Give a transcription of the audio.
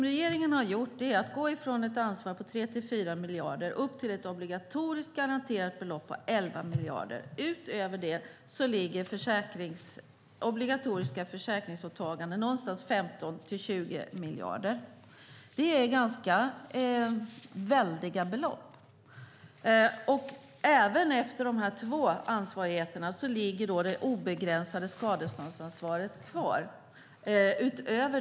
Regeringen har gått från ett ansvar på 3-4 miljarder till ett obligatoriskt garanterat belopp på 11 miljarder. Utöver det finns obligatoriska försäkringsåtaganden på någonstans mellan 15 och 20 miljarder. Det är väldiga belopp. Utöver dessa två ansvarigheter ligger det obegränsade skadeståndsansvaret kvar.